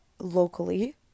locally